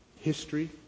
history